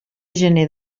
gener